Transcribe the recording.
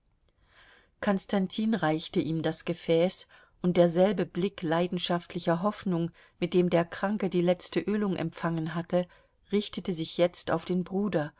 konstantin reichte ihm das gefäß und derselbe blick leidenschaftlicher hoffnung mit dem der kranke die letzte ölung empfangen hatte richtete sich jetzt auf den bruder